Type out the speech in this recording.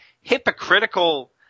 hypocritical